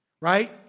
right